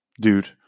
dude